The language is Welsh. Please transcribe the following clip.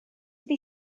ydy